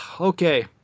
Okay